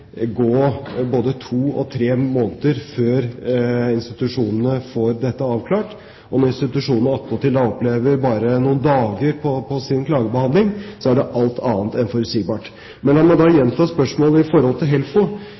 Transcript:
gå både to og tre måneder før institusjonene får dette avklart. Når institusjonene attpåtil opplever bare noen dagers klagefrist, er det alt annet enn forutsigbart. Men la meg gjenta spørsmålet som gjelder HELFO.